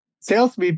sales